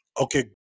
Okay